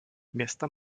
města